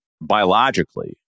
biologically